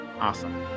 awesome